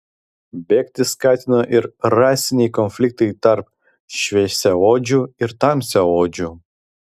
bėgti skatino ir rasiniai konfliktai tarp šviesiaodžių ir tamsiaodžių